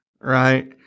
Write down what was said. Right